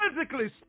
physically